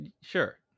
Sure